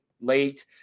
late